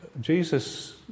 Jesus